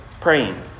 praying